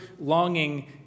longing